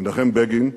מנחם בגין,